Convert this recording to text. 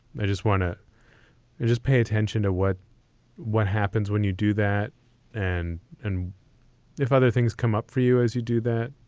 i just want to just pay attention to what what happens when you do that and and if other things come up for you as you do that